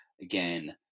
again